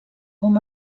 com